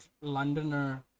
Londoner